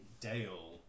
Dale